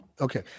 Okay